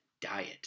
diet